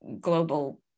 global